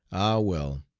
ah! well,